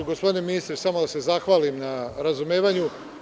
Gospodine ministre, samo da se zahvalim na razumevanju.